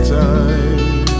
time